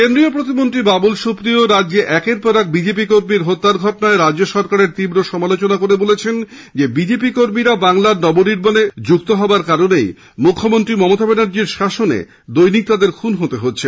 কেন্দ্রীয় প্রতিমন্ত্রী বাবুল সুপ্রিয় রাজ্যে একের পর এক বিজেপি কর্মীর হত্যার ঘটনায় রাজ্য সরকারের তীব্র সমালোচনা করে বলেছেন বিজেপি কর্মীরা বাংলার নবনির্মাণে যুক্ত হওয়ার কারণেই মুখ্যমন্ত্রী মমতা ব্যানার্জির শাসনে দৈনিক তাদের খুন হতে হচ্ছে